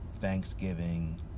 Thanksgiving